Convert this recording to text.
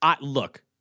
look